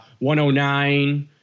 109